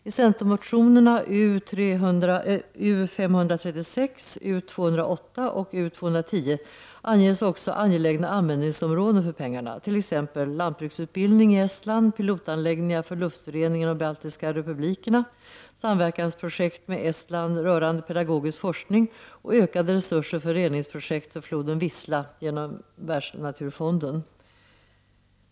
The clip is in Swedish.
I centermotionerna U536, U208 och U210 anges också angelägna användningsområden för pengarna, t.ex. lantbruksutbildning i Estland, pilotanläggningar för luftrening i de baltiska republikerna, samverkansprojekt med Estland rörande pedagogisk forskning och ökade resurser till Världsnaturfonden för reningsprojektet för floden Wisla.